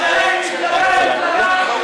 אתם מתנהגים, לא,